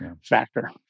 factor